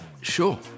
sure